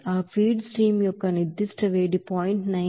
ఆ feed stream యొక్క specific heat 0